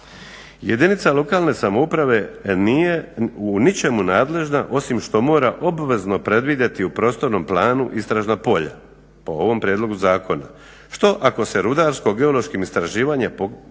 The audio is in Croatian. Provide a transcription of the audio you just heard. Jedinica lokalne samouprave nije u ničemu nadležna osim što mora obvezno predvidjeti u prostornom planu istražna polja po ovom prijedlogu zakona. Što ako se rudarsko-geološkim istraživanjima pokaže da